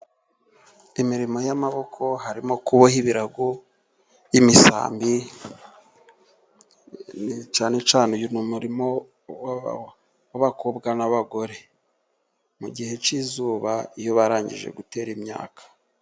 Imirimo y'amaboko harimo kuboha ibirago by'imisambi, cyane cyane uyu ni umumo w'abakobwa n'abagore, mu gihe cy'izuba iyo barangije gutera imyaka.